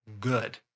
good